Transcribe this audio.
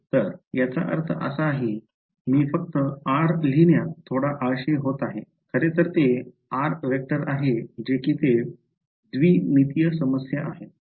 तर याचा अर्थ असा आहे की मी फक्त आर लिहिण्यात थोडा आळशी होत आहे खरे तर ते आहे जे कि ते द्विमितीय समस्या आहे